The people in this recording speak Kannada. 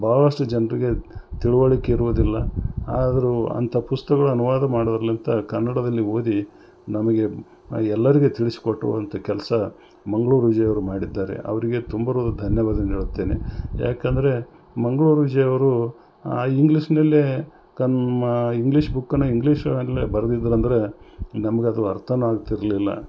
ಭಾಳಷ್ಟು ಜನರಿಗೆ ತಿಳುವಳಿಕೆ ಇರುವುದಿಲ್ಲ ಆದರು ಅಂಥ ಪುಸ್ತಕಗಳನ್ನು ಅನುವಾದ ಮಾಡರ್ಲತ್ತ ಕನ್ನಡದಲ್ಲಿ ಓದಿ ನಮಗೆ ಎಲ್ಲರಿಗೆ ತಿಳಿಸಿಕೊಡುವಂಥ ಕೆಲಸ ಮಂಗಳೂರು ವಿಜಯ್ ಅವರು ಮಾಡಿದ್ದಾರೆ ಅವರಿಗೆ ತುಂಬು ಹೃಧ್ಯದ ಧನ್ಯವಾದವನ್ನು ಹೇಳುತ್ತೇನೆ ಯಾಕಂದರೆ ಮಂಗಳೂರು ವಿಜಯ್ ಅವರು ಇಂಗ್ಲೀಷ್ನಲ್ಲೇ ಕನ್ನಾ ಇಂಗ್ಲೀಷ್ ಬುಕ್ಕನ್ನು ಇಂಗ್ಲೀಷ್ ಅಲ್ಲೇ ಬರೆದಿದ್ದರಂದ್ರೆ ನಮ್ಗೆ ಅದು ಅರ್ಥನೂ ಆಗ್ತಿರಲಿಲ್ಲ